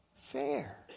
fair